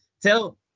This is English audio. tell